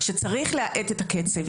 שצריך להאט את הקצב.